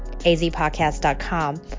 azpodcast.com